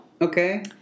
Okay